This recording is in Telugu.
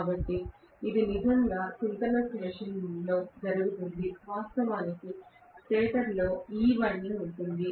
కాబట్టి ఇది నిజంగా సింక్రోనస్ మెషీన్లో జరుగుతుంది వాస్తవానికి స్టేటర్లో ఈ వైండింగ్ ఉంటుంది